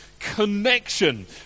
connection